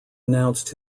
announced